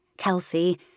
Kelsey